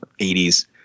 80s